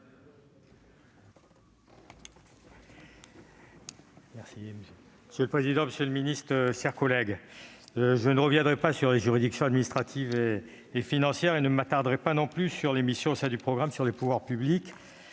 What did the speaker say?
Monsieur le président, monsieur le ministre, mes chers collègues, je ne reviendrai pas sur les juridictions administratives et financières et ne m'attarderai pas non plus sur les programmes de la mission « Pouvoirs publics